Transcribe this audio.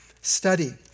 study